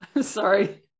Sorry